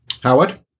Howard